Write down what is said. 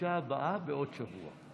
והפגישה הבאה בעוד שבוע.